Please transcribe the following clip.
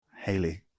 Hayley